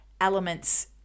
elements